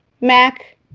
Mac